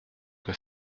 que